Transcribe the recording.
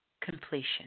Completion